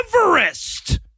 Everest